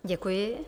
Děkuji.